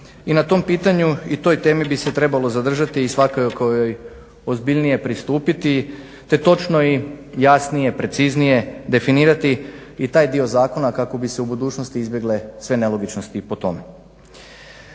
i na tom pitanju i toj temi bi se trebalo zadržati i svakako joj ozbiljnije pristupiti te točno i jasnije, preciznije definirati i taj dio zakona kako bi se u budućnosti izbjegle sve nelogičnosti po tome.